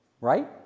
right